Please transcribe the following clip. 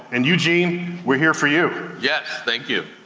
and eugene, we're here for you. yes, thank you.